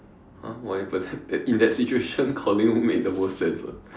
!huh! why but then in that situation calling made the most sense [what]